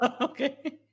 Okay